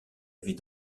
avait